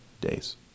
days